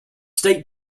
state